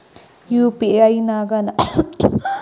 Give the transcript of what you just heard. UPI ನಾಗ ನಾನು ಮಾಡಿಸಿದ ರಿಚಾರ್ಜ್ ಮಾಹಿತಿ ಸಿಗುತೈತೇನ್ರಿ?